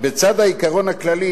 בצד העיקרון הכללי,